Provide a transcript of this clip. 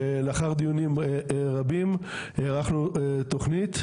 לאחר דיונים רבים ערכנו תוכנית.